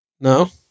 No